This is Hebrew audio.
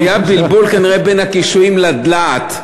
היה בלבול, כנראה, בין הקישואים לדלעת,